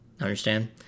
Understand